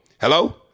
hello